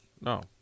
No